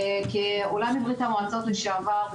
כעולה מברית המועצות לשעבר,